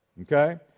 okay